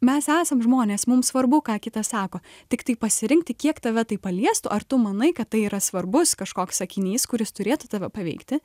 mes esam žmonės mums svarbu ką kitas sako tiktai pasirinkti kiek tave tai paliestų ar tu manai kad tai yra svarbus kažkoks sakinys kuris turėtų tave paveikti